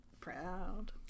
proud